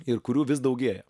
ir kurių vis daugėja